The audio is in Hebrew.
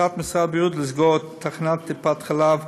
החלטת משרד הבריאות לסגור את תחנת טיפת חלב